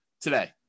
today